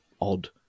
odd